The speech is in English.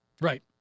Right